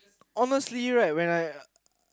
honestly right when I